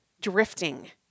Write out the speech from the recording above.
drifting